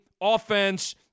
offense